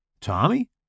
Tommy